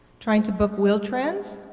trying to book wheel-trans